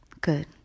Good